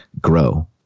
grow